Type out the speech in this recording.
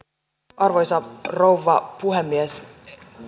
arvoisa rouva puhemies